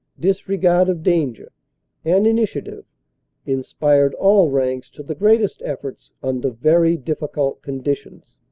disregard of danger and initiative inspired all ranks to the greatest efforts under very difficult conditions.